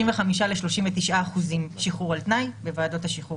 ל-39 אחוזים שחרור על תנאי בוועדת השחרורים.